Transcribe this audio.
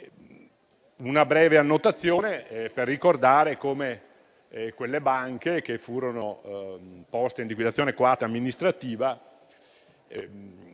una breve annotazione per ricordare come quelle banche, che furono poste in liquidazione coatta amministrativa,